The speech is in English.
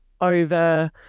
over